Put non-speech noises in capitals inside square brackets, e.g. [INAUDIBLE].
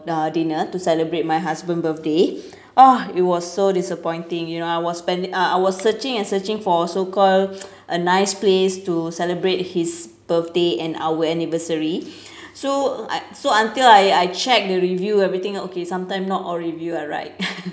uh dinner to celebrate my husband birthday oh it was so disappointing you know I was spend I was searching and searching for so called a nice place to celebrate his birthday and our anniversary so I so until I I check the review everything are okay sometime not all review are right [LAUGHS]